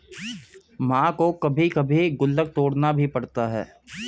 मां को कभी कभी गुल्लक तोड़ना भी पड़ता है